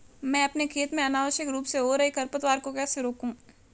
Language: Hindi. मैं अपने खेत में अनावश्यक रूप से हो रहे खरपतवार को कैसे रोकूं?